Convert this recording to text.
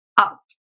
up